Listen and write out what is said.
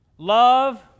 Love